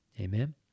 Amen